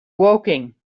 woking